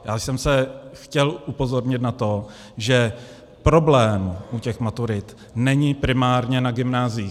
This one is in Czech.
Já jsem chtěl upozornit na to, že problém u těch maturit není primárně na gymnáziích.